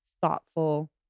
thoughtful